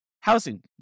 housing